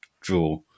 draw